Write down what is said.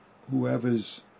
Whoever's